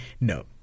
No